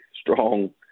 strong